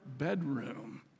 bedroom